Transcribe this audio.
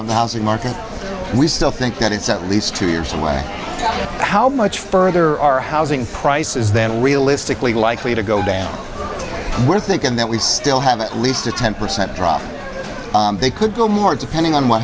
of the housing market we still think that it's at least two years away how much further our housing price is then realistically likely to go down we're thinking that we still have at least a ten percent drop they could go more depending on what